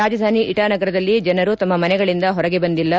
ರಾಜಧಾನಿ ಇಟಾ ನಗರದಲ್ಲಿ ಜನರು ತಮ್ನ ಮನೆಗಳಿಂದ ಹೊರಗೆ ಬಂದಿಲ್ಲ